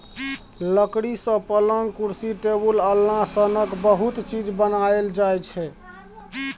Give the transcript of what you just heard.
लकड़ी सँ पलँग, कुरसी, टेबुल, अलना सनक बहुत चीज बनाएल जाइ छै